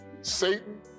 Satan